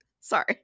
Sorry